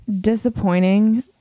disappointing